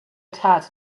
tat